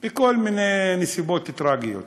בכל מיני נסיבות טרגיות.